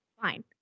fine